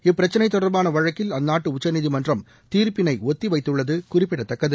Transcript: இப்பிரச்சினை தொடர்பான வழக்கில் அந்நாட்டு உச்சநீதிமன்றம் தீர்ப்பினை ஒத்திவைத்துள்ளது குறிப்பிடத்தக்கது